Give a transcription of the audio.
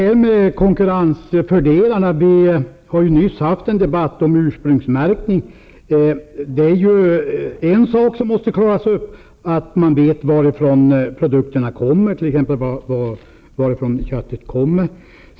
Fru talman! Vi har nyss haft en debatt om ursprungsmärkning. Man måste veta varifrån t.ex. köttet kommer.